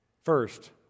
First